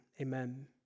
amen